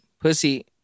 pussy